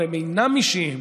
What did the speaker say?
אבל הם אינם אישיים,